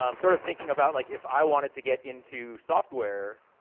um sort of thinking about, like, if i wanted to get into software,